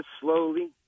slowly